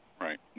Right